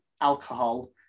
alcohol